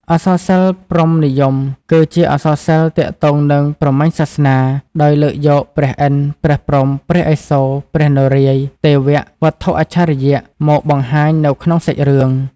អក្សរសិល្ប៍ព្រហ្មនិយមគឺជាអក្សរសិល្ប៍ទាក់ទងនឹងព្រហ្មញ្ញសាសនា ដោយលើកយកព្រះឥន្ធ ព្រះព្រហ្ម ព្រះឥសូរ ព្រះនរាយណ៍ ទេវៈ វត្ថុអច្ឆរិយៈ មកបង្ហាញនៅក្នុងសាច់រឿង។